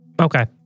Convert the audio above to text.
Okay